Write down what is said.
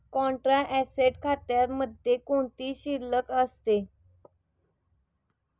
Contra asset खात्यामध्ये कोणती शिल्लक असते?